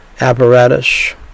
apparatus